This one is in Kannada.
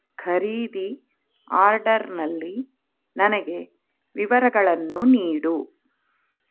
ಖರೀದಿ ಆರ್ಡರ್ನಲ್ಲಿ ನನಗೆ ವಿವರಗಳನ್ನು ನೀಡು